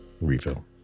Refill